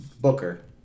Booker